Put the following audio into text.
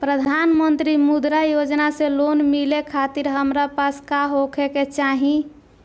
प्रधानमंत्री मुद्रा योजना से लोन मिलोए खातिर हमरा पास का होए के चाही?